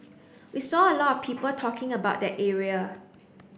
we saw a lot of people talking about that area